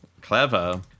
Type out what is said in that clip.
clever